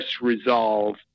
resolve